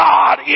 God